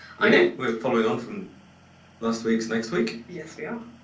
i know. we're following on from last week's next week? yes we are.